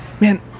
man